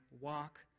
walk